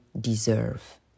deserve